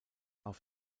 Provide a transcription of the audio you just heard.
auf